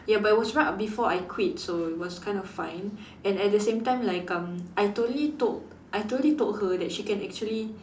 ya but it was right before I quit so it was kind of fine and at the same time like um I totally told I totally told her that she can actually